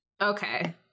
Okay